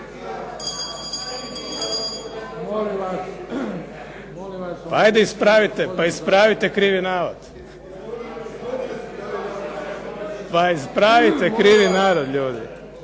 Ajde pa ispravite krivi navod. Pa ispravite krivi navod ljudi.